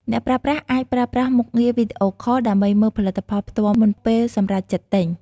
អ្នកប្រើប្រាស់អាចប្រើប្រាស់មុខងារវីដេអូខល ដើម្បីមើលផលិតផលផ្ទាល់មុនពេលសម្រេចចិត្តទិញ។